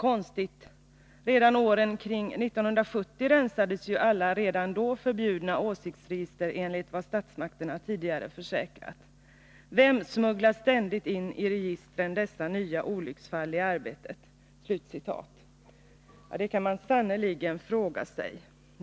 Konstigt, redan åren kring 1970 rensades ju alla redan då förbjudna åsiktsregister —-—-— enligt vad statsmakterna tidigare har försäkrat. Vem smugglar ständigt in i registren dessa nya olycksfall i arbetet?” Ja, det kan man sannerligen fråga sig.